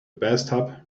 bathtub